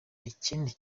ikindi